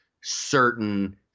certain